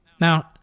Now